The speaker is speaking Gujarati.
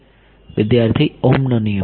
વિદ્યાર્થી ઓહ્મનો નિયમ